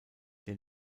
der